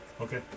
Okay